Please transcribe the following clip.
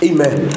Amen